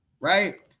right